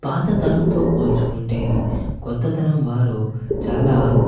పాత తరంతో పోల్చుకుంటే కొత్తతరం వారు చాలా